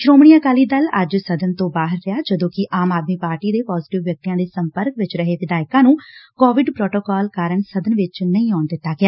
ਸ੍ਰੋਮਣੀ ਅਕਾਲੀ ਦਲ ਅੱਜ ਸਦਨ ਤੋਂ ਬਾਹਰ ਰਿਹਾ ਜਦੋਂਕਿ ਆਮ ਆਦਮੀ ਪਾਰਟੀ ਦੇ ਪਾਜੇਟਿਵ ਵਿਅਕਤੀਆ ਦੇ ਸੰਪਰਕ ਚ ਰਹੇ ਵਿਧਾਇਕਾ ਨੰ ਕੋਵਿਡ ਪੋਟੋਕਾਲ ਕਾਰਨ ਸਦਨ ਚ ਨਹੀ ਆਉਣ ਦਿੱਤਾ ਗਿਆ